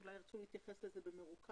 אולי ירצו להתייחס לזה במרוכז.